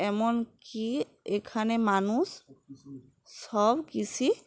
এমন কি এখানে মানুষ সবকিছু